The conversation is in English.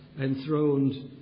enthroned